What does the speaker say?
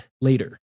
later